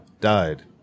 died